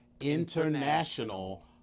International